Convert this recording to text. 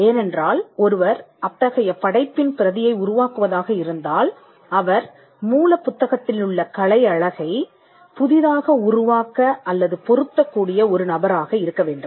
ஏனென்றால் ஒருவர் அத்தகைய படைப்பின் பிரதியை உருவாக்குவதாக இருந்தால் அவர் மூலப் புத்தகத்திலுள்ள கலை அழகைபுதிதாக உருவாக்க அல்லது பொருத்தக்கூடிய ஒரு நபராக இருக்க வேண்டும்